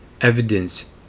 evidence